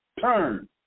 Turn